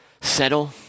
settle